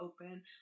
open